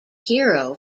hero